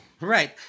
Right